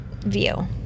view